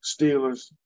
Steelers